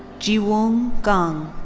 jiwoong kang.